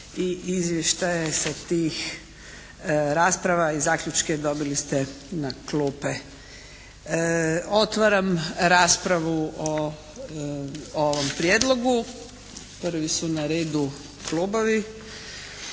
i izvještaje sa tih rasprava i zaključke dobili ste na klupe. Otvaram raspravu o ovom prijedlogu. Prvi su na redu klubovi.